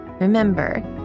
Remember